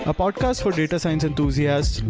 ah podcast for data science enthusiasts,